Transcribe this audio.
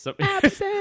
absent